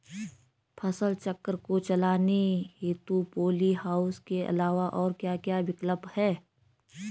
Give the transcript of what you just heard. फसल चक्र को चलाने हेतु पॉली हाउस के अलावा और क्या क्या विकल्प हैं?